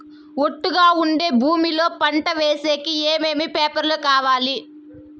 ఒట్టుగా ఉండే భూమి లో పంట వేసేకి ఏమేమి పేపర్లు కావాలి?